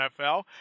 NFL